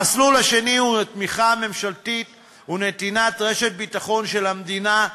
המסלול השני הוא תמיכה ממשלתית ונתינת רשת ביטחון של המדינה.